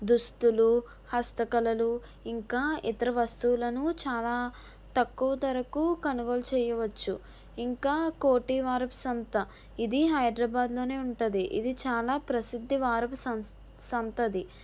దుస్తులు హస్తకళలు ఇంకా ఇతర వస్తువులను చాలా తక్కువ ధరకు కనుగోలు చేయవచ్చు ఇంకా కోటివారపు సంత ఇది హైదరాబాద్లోనే ఉంటుంది ఇది చాలా ప్రసిద్ధి వారపు సం సంతది